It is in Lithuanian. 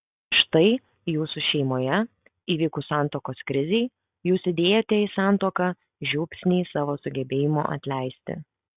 štai jūsų šeimoje įvykus santuokos krizei jūs įdėjote į santuoką žiupsnį savo sugebėjimo atleisti